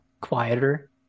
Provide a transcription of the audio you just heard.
quieter